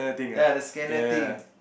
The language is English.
ya the scanner thing